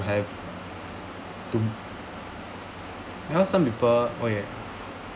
have to you know somebody okay